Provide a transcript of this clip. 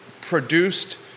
produced